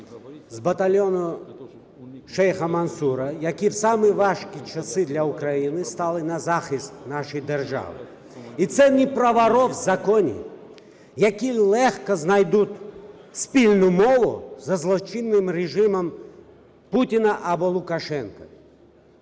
з батальйону Шейха Мансура, які в самі важки часи для України стали на захист нашої держави. І це не про "воров в законе", які легко знайдуть спільну мову за злочинним режимом Путіна або Лукашенка.